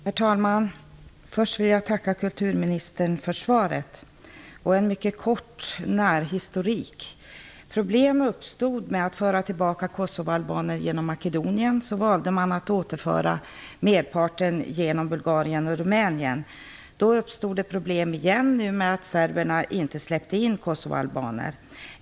Herr talman! Först vill jag tacka kulturministern för svaret. Jag skall ge en mycket kort närhistorik. När problem uppstod med att föra tillbaka kosovoalbaner genom Makedonien, valde man att återföra merparten genom Bulgarien och Rumänien. Då uppstod åter problem, nu med att serberna inte släppte in kosovoalbaner.